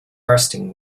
bursting